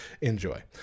Enjoy